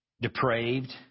depraved